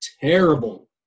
terrible